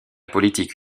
politique